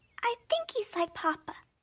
i think he's like papa.